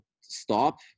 stop